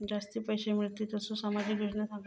जास्ती पैशे मिळतील असो सामाजिक योजना सांगा?